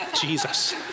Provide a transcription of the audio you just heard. Jesus